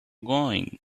going